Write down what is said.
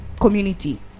community